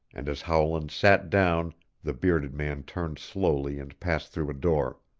and as howland sat down the bearded man turned slowly and passed through a door.